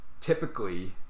typically